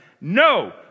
No